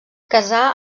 casà